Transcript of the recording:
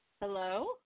Hello